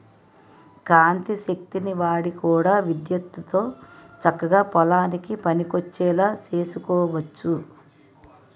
కాంతి శక్తిని వాడి కూడా విద్యుత్తుతో చక్కగా పొలానికి పనికొచ్చేలా సేసుకోవచ్చు